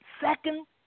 second